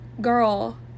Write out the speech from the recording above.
girl